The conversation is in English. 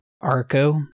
Arco